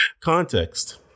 Context